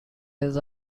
his